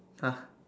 !huh!